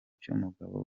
cy’umugabo